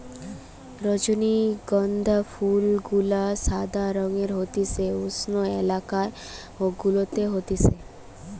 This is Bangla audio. রজনীগন্ধা ফুল গুলা সাদা রঙের হতিছে উষ্ণ এলাকা গুলাতে হতিছে